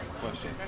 question